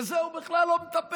בזה הוא בכלל לא מטפל.